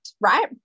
right